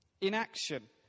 Inaction